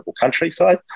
countryside